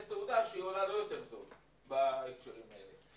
תעודה שהיא עולה לא יותר זול בהקשרים האלה.